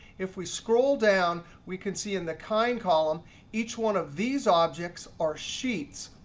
if we scroll down, we can see in the kind column each one of these objects are sheets.